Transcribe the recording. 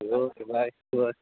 ल okay by